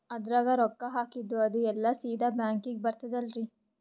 ಅದ್ರಗ ರೊಕ್ಕ ಹಾಕಿದ್ದು ಅದು ಎಲ್ಲಾ ಸೀದಾ ಬ್ಯಾಂಕಿಗಿ ಬರ್ತದಲ್ರಿ?